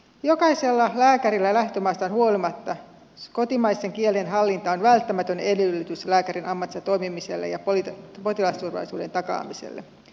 jokaisella lääkärillä lähtömaastaan huolimatta kotimaisen kielen hallinta on välttämätön edellytys lääkärin ammatissa toimimiselle ja potilasturvallisuuden takaamiselle